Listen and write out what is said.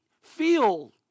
feel